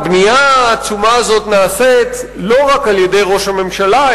הבנייה העצומה הזאת נעשית לא רק על-ידי ראש הממשלה,